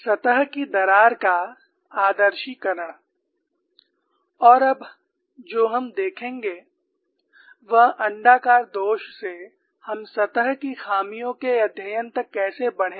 सतह की दरार का आदर्शीकरण और अब जो हम देखेंगे वह अण्डाकार दोष से हम सतह की खामियों के अध्ययन तक कैसे बढें